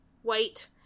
White